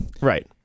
Right